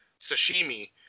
Sashimi